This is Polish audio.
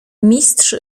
mistrz